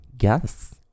Yes